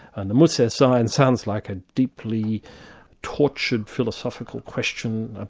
and the muss es sein? sounds like a deeply tortured philosophical question. ah